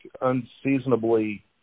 unseasonably